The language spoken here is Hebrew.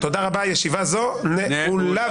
ישיבה זו נעולה.